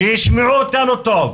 שישמעו אותנו טוב.